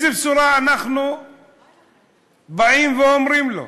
איזו בשורה אנחנו אומרים להם?